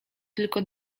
tylko